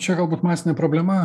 čia galbūt masinė problema